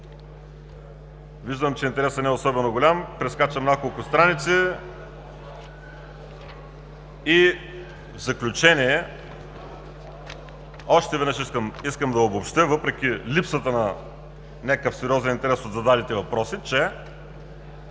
Виждам, че интересът не е особено голям. Прескачам няколко страници. В заключение още веднъж искам да обобщя, въпреки липсата на някакъв сериозен интерес от задалите въпроса, че